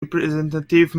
representative